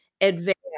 advance